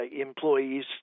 employees